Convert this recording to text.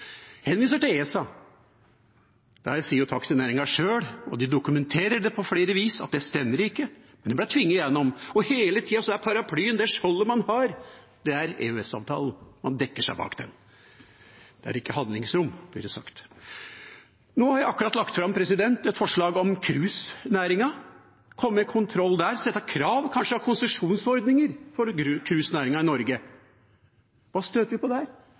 henviser til ESA. Taxinæringen sier jo sjøl – og de dokumenterer det på flere vis – at det stemmer ikke, men det ble tvunget igjennom. Og hele tida er paraplyen, det skjoldet man har, EØS-avtalen, og man dekker seg bak den. Det er ikke handlingsrom, blir det sagt. Nå har jeg akkurat lagt fram et forslag om cruisenæringen, om å få kontroll der, sette krav, kanskje ha konsesjonsordninger for cruisenæringen i Norge. Hva støter vi på der?